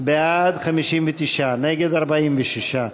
בעד, 59, נגד, 46,